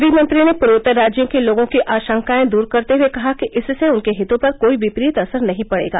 गृहमंत्री ने पूर्वोत्तर राज्यों के लोगों की आशंकाएं दूर करते हुए कहा कि इससे उनके हितों पर कोई विपरीत असर नहीं पड़ेगा